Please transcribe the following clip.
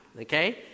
okay